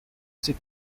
city